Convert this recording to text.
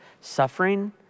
suffering